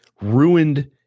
ruined